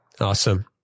Awesome